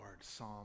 psalm